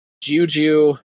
Juju